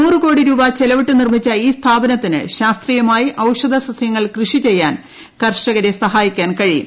നൂറു കോടിരൂപ ചെലവിട്ടു നിർമ്മിച്ചു ഇൌ സ്ഥാപനത്തിന് ശാസ്ത്രീയമായി ഔഷധസ്യങ്ങൾ കൃഷി ചെയ്യാൻ കർഷകരെ സഹായിക്കാൻ കഴിയും